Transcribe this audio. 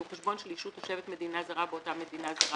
כי הוא חשבון של ישות תושבת מדינה זרה באותה מדינה זרה